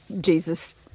Jesus